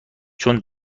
چون